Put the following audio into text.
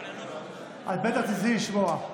את בטח תרצי לשמוע,